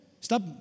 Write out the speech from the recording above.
Stop